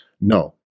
No